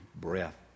breath